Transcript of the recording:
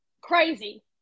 crazy